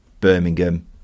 Birmingham